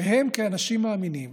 והם, כאנשים מאמינים,